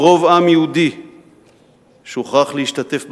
ברוב עם יהודי שהוכרח להשתתף במעמד,